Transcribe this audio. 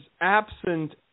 absent